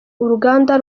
uruganda